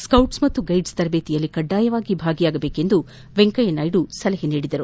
scouts ಮತ್ತು guides ತರಬೇತಿಯಲ್ಲಿ ಕಡ್ಡಾಯವಾಗಿ ಭಾಗಿಯಾಗಬೇಕು ಎಂದು ವೆಂಕಯ್ಟನಾಯ್ಡು ಸಲಹೆ ನೀಡಿದರು